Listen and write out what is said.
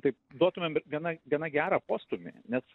taip duotumėm gana gana gerą postūmį nes